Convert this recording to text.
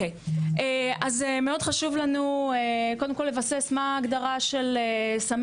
מאוד חשוב כאן לציין שאלכוהול הוא לא סם